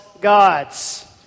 gods